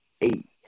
eight